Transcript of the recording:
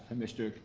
and mr.